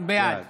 בעד